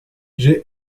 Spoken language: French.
j’ai